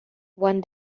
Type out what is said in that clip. one